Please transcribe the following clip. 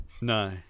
No